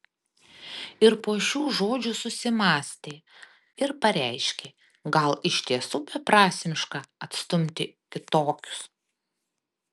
ir po šių žodžių susimąstė ir pareiškė gal iš tiesų beprasmiška atstumti kitokius